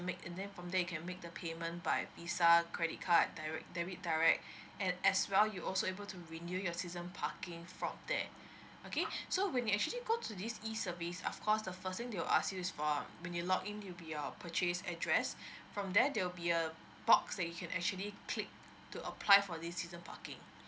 make and there you can make the payment by visa credit card direct debit direct and as well you also able to renew your season parking from there okay so when you actually go to this E service of course the first thing they will you ask is for when you log in you'll be your uh purchase address from there they will be a box that you can actually click to apply for this season parking